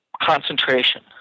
concentration